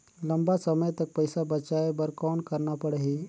लंबा समय तक पइसा बचाये बर कौन करना पड़ही?